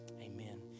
Amen